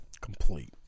Complete